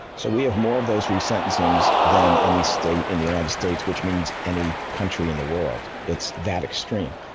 so, we have more of those re-sentencings than any state in the united states, which means any country in the world. it's that extreme.